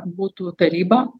būtų taryba